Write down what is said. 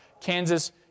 Kansas